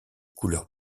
couleur